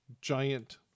giant